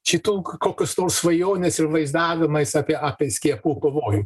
šitų kokios nors svajonės ir vaizdavimais apie apie skiepų pavojų